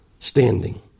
standing